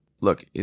look